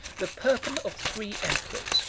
the purple of three emperors,